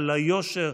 על היושר,